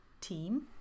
team